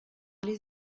les